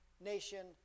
nation